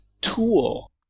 tool